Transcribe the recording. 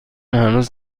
هنوز